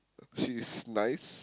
she is nice